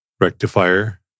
Rectifier